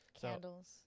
candles